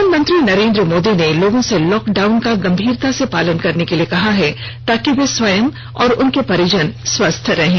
प्रधानमंत्री नरेन्द्र मोदी ने लोगों से लॉकडाउन का गंभीरता से पालन करने के लिए कहा ताकि वे स्वयं और उनके परिजन स्वस्थ रहें